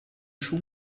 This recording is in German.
schuh